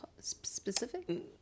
specific